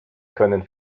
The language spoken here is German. können